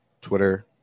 Twitter